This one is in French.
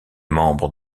membre